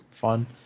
fun